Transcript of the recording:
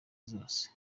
zose